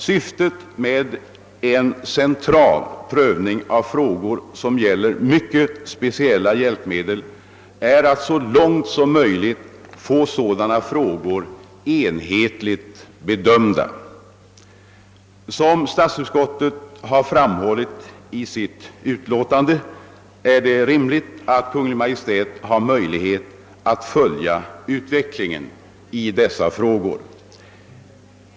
Syftet med en central prövning av frågor som gäller mycket speciella hjälpmedel är att så långt möjligt få sådana frågor enhetligt bedömda. Som statsutskottet framhållit i sitt utlåtande är det rimligt att Kungl. Maj:t har möjlighet att följa utvecklingen i dessa frågor.